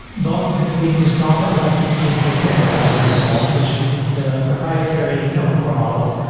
vault, then they can jus t drop in a license key and take the enterprise version of vault, which is a proprietary it's an open core model.